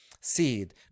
seed